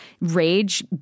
rage